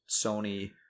sony